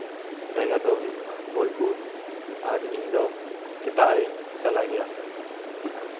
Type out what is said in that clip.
ᱡᱟᱭᱜᱟ ᱫᱚ ᱦᱩᱭᱩᱜ ᱠᱟᱱᱟ ᱵᱳᱞᱯᱩᱨ ᱟᱨ ᱤᱧ ᱫᱚ ᱥᱮᱛᱟᱜ ᱨᱤᱧ ᱪᱟᱞᱟᱜ ᱜᱮᱭᱟ